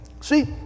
See